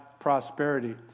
prosperity